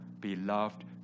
beloved